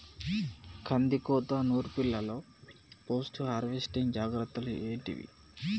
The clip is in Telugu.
కందికోత నుర్పిల్లలో పోస్ట్ హార్వెస్టింగ్ జాగ్రత్తలు ఏంటివి?